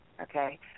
Okay